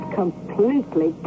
completely